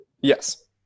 Yes